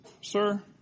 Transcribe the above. sir